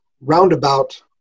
roundabout